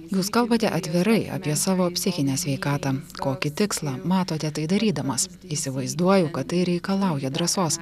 jūs kalbate atvirai apie savo psichinę sveikatą kokį tikslą matote tai darydamas įsivaizduoju kad tai reikalauja drąsos